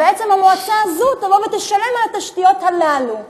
כדי שבעצם המועצה הזאת תשלם על התשתיות האלה.